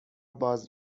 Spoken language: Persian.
باز